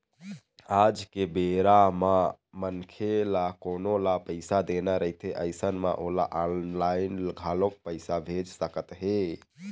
आज के बेरा म मनखे ल कोनो ल पइसा देना रहिथे अइसन म ओला ऑनलाइन घलोक पइसा भेज सकत हे